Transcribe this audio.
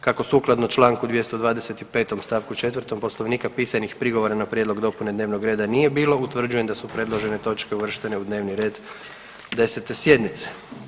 Kako sukladno članku 225. stavku 4. Poslovnika pisanih prigovora na prijedlog dopune dnevnog reda nije bilo utvrđujem da su predložene točke uvrštene u dnevni red 10. sjednice.